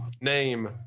name